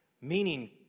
meaning